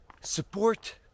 support